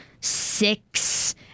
six